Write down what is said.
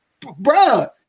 Bruh